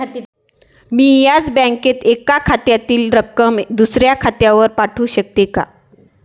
मी याच बँकेत एका खात्यातील रक्कम दुसऱ्या खात्यावर पाठवू शकते का?